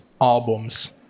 albums